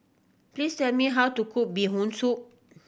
please tell me how to cook Bee Hoon Soup